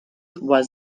was